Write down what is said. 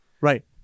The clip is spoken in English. Right